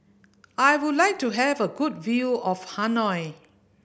I would like to have a good view of Hanoi